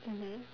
mmhmm